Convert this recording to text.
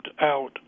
out